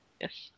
yes